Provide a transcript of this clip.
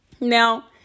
Now